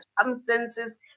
circumstances